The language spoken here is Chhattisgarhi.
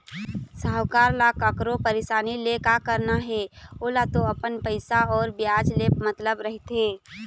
साहूकार ल कखरो परसानी ले का करना हे ओला तो अपन पइसा अउ बियाज ले मतलब रहिथे